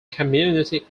community